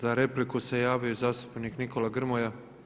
Za repliku se javio zastupnik Nikola Grmoja.